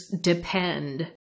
depend